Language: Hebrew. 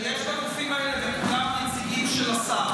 יש בגופים האלה גם נציגים של השר.